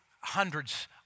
hundreds